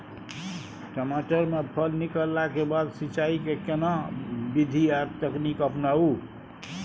टमाटर में फल निकलला के बाद सिंचाई के केना विधी आर तकनीक अपनाऊ?